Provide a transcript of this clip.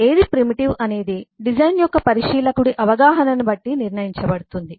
ఏది ప్రిమిటివ్ అనేది డిజైన్ యొక్క పరిశీలకుడి అవగాహనని బట్టి నిర్ణయించబడుతుంది